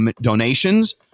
donations